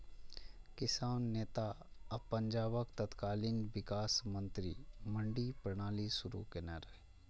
किसान नेता आ पंजाबक तत्कालीन विकास मंत्री मंडी प्रणाली शुरू केने रहै